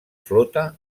flota